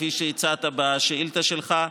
כפי שהצעת בשאילתה שלך,